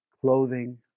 clothing